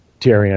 Tyrion